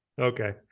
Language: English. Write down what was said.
Okay